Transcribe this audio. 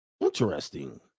Interesting